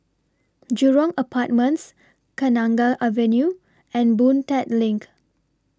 Jurong Apartments Kenanga Avenue and Boon Tat LINK